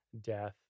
death